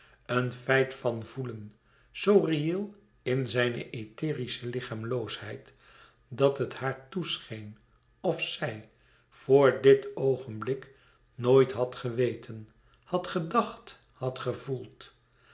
een feit van voelen zoo reëel in zijne etherische lichaamloosheid dat het haar toescheen of zij vor dit oogenblik nooit had geweten had gedacht had gevoeld